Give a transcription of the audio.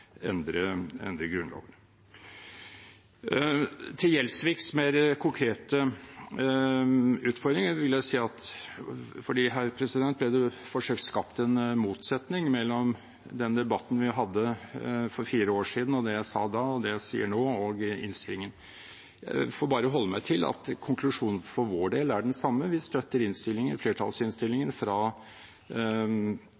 Grunnloven. Til Gjelsviks mer konkrete utfordring, hvor det ble forsøkt skapt en motsetning mellom den debatten vi hadde for fire år siden, det jeg sa da, og det jeg sier nå, og innstillingen: Jeg får bare holde meg til at konklusjonen for vår del er den samme. Vi støtter